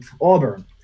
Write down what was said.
Auburn